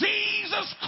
Jesus